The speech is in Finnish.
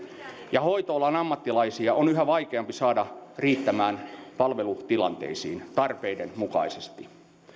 ja hoitoalan ammattilaisia on yhä vaikeampi saada riittämään palvelutilanteisiin tarpeiden mukaisesti